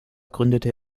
gründete